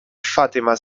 fátima